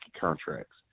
contracts